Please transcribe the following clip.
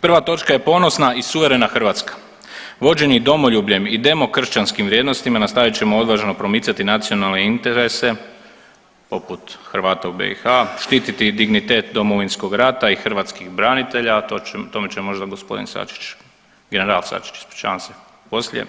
Prva točka je „Ponosna i suverena Hrvatska“, vođeni domoljubljem i demokršćanskim vrijednostima nastavit ćemo odvažno promicati nacionalne interese poput Hrvata u BiH, štititi dignitet Domovinskog rata i hrvatskih branitelja, o tome će možda g. Sačić, general Sačić, ispričavam se, poslije,